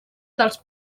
dels